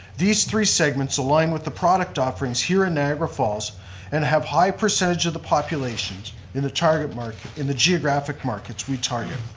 these three segments align with the product offerings here in niagara falls and have high percentage of the populations in the target market, in the geographic markets we target.